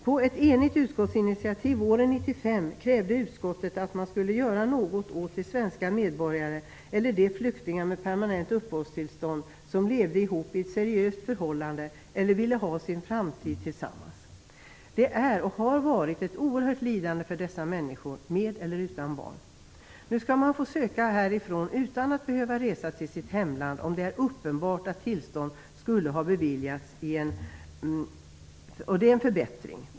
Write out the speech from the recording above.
På ett enigt utskottsinitiativ våren 1995 krävde utskottet att man skulle göra något åt de svenska medborgare eller de flyktingar med permanent uppehållstillstånd som levde i ett seriöst förhållande eller ville ha sin framtid tillsammans. Det är och har varit ett oerhört lidande för dessa människor med eller utan barn. Nu skall man få söka härifrån utan att behöva resa till sitt hemland om det är uppenbart att tillstånd skulle ha beviljats. Det är en förbättring.